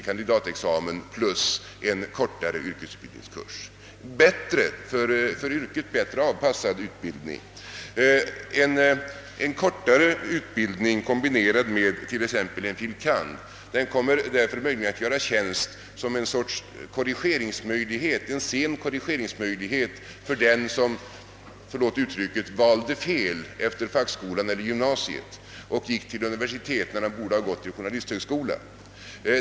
kand.-examen och en kortare yrkesutbildning. En sådan kortare utbildning kombinerad med t.ex. en fil. kand. kommer därför möjligen att göra tjänst som ett slags sen korrigeringsmöjlighet för den som — förlåt uttrycket — valde fel efter fackskolan eller gymnasiet och gick till universitet när han borde ha gått till journalisthögskola.